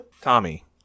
tommy